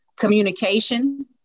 communication